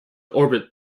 orbit